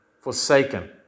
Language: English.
forsaken